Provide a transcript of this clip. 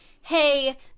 hey